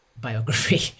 biography